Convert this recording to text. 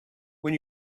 when